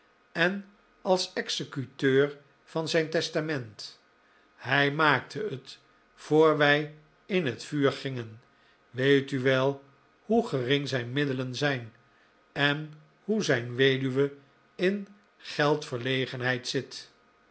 en als executeur van zijn testament hij maakte het voor wij in het vuur gingen weet u wel hoe gering zijn middelen zijn en hoe zijn weduwe in geldverlegenheid zit